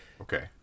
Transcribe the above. Okay